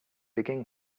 begin